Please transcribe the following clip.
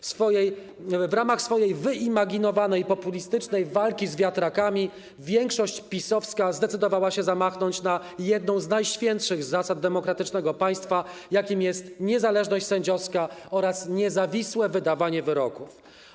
W ramach swojej wyimaginowanej populistycznej walki z wiatrakami większość PiS-owska zdecydowała się zamachnąć na jedną z najświętszych zasad demokratycznego państwa, jaką jest niezależność sędziowska oraz niezawisłe wydawanie wyroków.